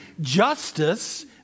Justice